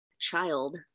child